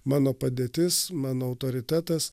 mano padėtis mano autoritetas